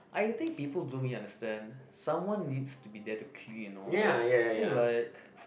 I think people don't really understand someone needs to be there to clean all that so like